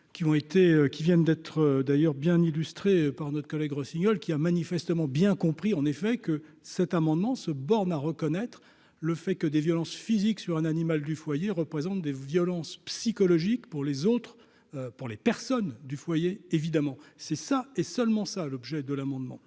qui viennent d'être d'ailleurs bien illustré par notre collègue Rossignol, qui a manifestement bien compris en effet que cet amendement se borne à reconnaître le fait que des violences physiques sur un animal du foyer représentent des violences psychologiques pour les autres, pour les personnes du foyer, évidemment, c'est ça, et seulement ça l'objet de l'amendement